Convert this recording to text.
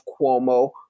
Cuomo